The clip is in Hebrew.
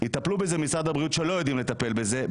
יטפלו בזה משרד הבריאות, שלא יודעים לטפל בזה.